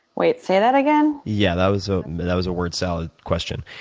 wait, say that again? yeah, that was ah that was a word salad question.